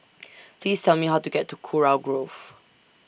Please Tell Me How to get to Kurau Grove